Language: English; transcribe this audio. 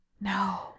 No